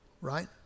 right